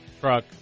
truck